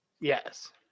Yes